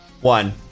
one